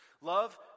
love